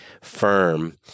firm